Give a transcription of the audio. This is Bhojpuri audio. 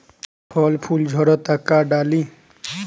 फल फूल झड़ता का डाली?